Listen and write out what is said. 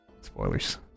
Spoilers